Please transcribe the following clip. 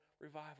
revival